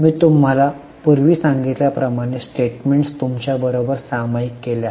मी तुम्हाला पूर्वी सांगितल्या प्रमाणे स्टेटमेंट्स तुमच्याबरोबर सामायिक केल्या आहेत